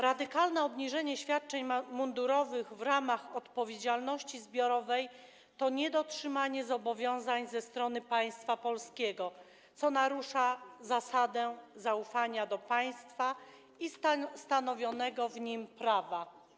Radykalne obniżenie świadczeń mundurowych w ramach odpowiedzialności zbiorowej to niedotrzymanie zobowiązań ze strony państwa polskiego, co narusza zasadę zaufania do państwa i stanowionego w nim prawa.